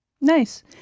Nice